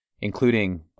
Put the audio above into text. including